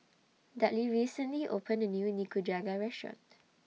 Dudley recently opened A New Nikujaga Restaurant